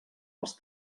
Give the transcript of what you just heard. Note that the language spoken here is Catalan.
els